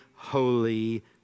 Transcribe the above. Holy